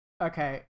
Okay